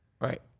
Right